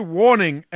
warning